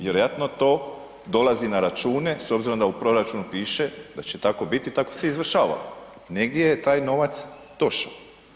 Vjerojatno to dolazi na račune s obzirom da u proračunu piše da će tako biti, tako se i izvršavalo, negdje je taj novac došao.